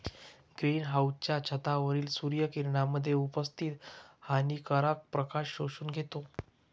green हाउसच्या छतावरील सूर्य किरणांमध्ये उपस्थित हानिकारक प्रकाश शोषून घेतो